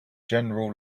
general